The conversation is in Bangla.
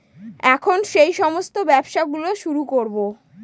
এখন সেই সমস্ত ব্যবসা গুলো শুরু করবো